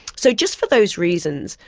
so just for those reasons,